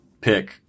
pick